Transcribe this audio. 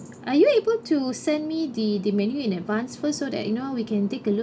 are you able to send me the the menu in advance first so that you know we can take a look